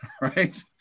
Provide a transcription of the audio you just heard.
Right